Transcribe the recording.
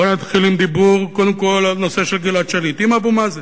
בוא ונתחיל עם דיבור קודם כול על נושא גלעד שליט עם אבו מאזן,